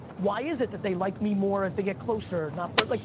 why is it that they like me more as they get closer, not further? like,